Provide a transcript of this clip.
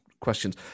questions